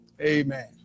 Amen